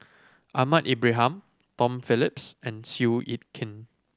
Ahmad Ibrahim Tom Phillips and Seow Yit Kin